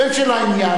בין שלעניין,